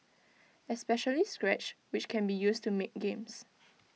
especially scratch which can be used to make games